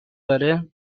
داره